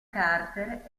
carter